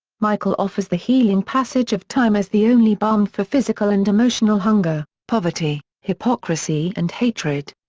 michael offers the healing passage of time as the only balm for physical and emotional hunger, poverty, hypocrisy and hatred.